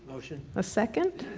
motion. a second?